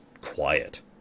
quiet